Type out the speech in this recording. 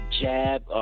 jab